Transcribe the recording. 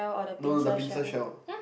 no no the pincer shell